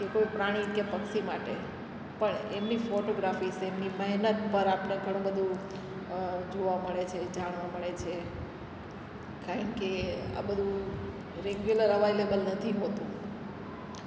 કે કોઈ પ્રાણી કે પક્ષી માટે પણ એમની ફોટોગ્રાફીસ એમની મહેનત પર આપણે ઘણું બધું જોવા મળે છે જાણવા મળે છે કારણ કે આ બધું રેગ્યુલર અવઈલેબલ નથી હોતું